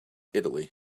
italy